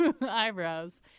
eyebrows